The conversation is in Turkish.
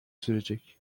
sürecek